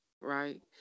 right